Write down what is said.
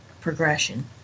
progression